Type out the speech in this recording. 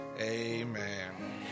Amen